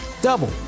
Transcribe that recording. double